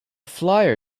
flyer